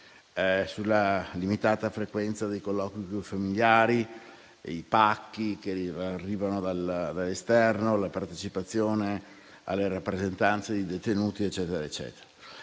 sulla limitata frequenza dei colloqui con i familiari, sui pacchi che arrivano dall'esterno, sulla partecipazione alle rappresentanze dei detenuti, e così via.